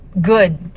good